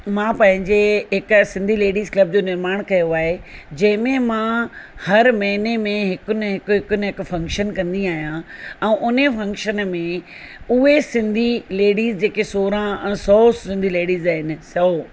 मां पंहिंजे हिकु सिंधी लेडीज़ क्लब जो निर्माण कयो आहे जंहिं में मां हर महिने में हिकु न हिकु हिक न हिकु फ़क्शन कंदी आहियां ऐं उन फ़क्शन में उहे सिंधी लेडीज़ जेके सोरहां सौ सिंधी लेडीज़ आहिनि सौ